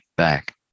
back